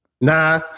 Nah